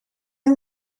این